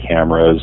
cameras